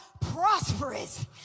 Prosperous